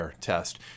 Test